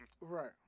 Right